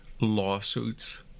lawsuits